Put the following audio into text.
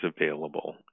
available